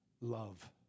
love